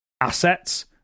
assets